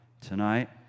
tonight